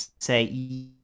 say